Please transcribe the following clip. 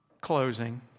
closing